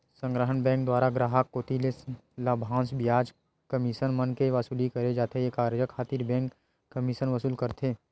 संग्रहन बेंक दुवारा गराहक कोती ले लाभांस, बियाज, कमीसन मन के वसूली करे जाथे ये कारज खातिर बेंक कमीसन वसूल करथे